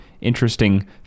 interesting